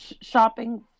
shopping